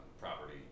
property